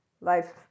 life